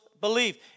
believe